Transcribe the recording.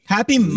Happy